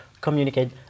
communicate